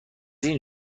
این